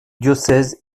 diocèse